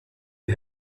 you